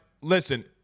listen